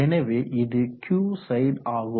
எனவே இது Qside ஆகும்